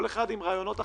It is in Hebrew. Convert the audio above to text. כל אחד עם רעיונות אחרים,